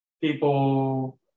people